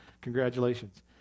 congratulations